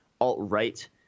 alt-right